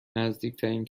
نزدیکترین